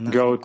go